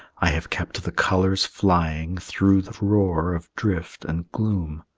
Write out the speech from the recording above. i have kept the colors flying through the roar of drift and gloom.